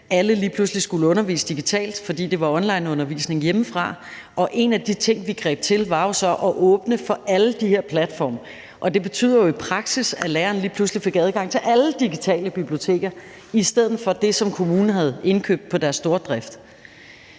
skulle undervise digitalt, fordi det var onlineundervisning hjemmefra. Og en af de ting, vi greb til, var jo så at åbne for alle de her platforme, og det betød jo i praksis, at læreren lige pludselig fik adgang til alle digitale biblioteker i stedet for det, som kommunen havde indkøbt på deres stordrift,